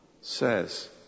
says